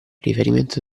riferimento